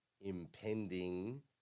impending